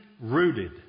rooted